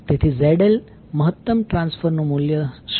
તેથી ZL મહત્તમ transfer નું મૂલ્ય શું હશે